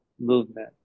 movement